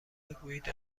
بگویید